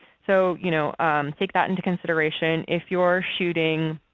so you know take that into consideration. if you are shooting